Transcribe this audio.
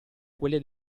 quelle